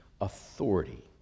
authority